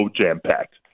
jam-packed